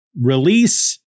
release